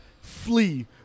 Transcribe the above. Flee